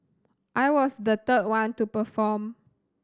I was the third one to perform